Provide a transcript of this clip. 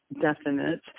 definite